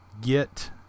get